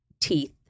teeth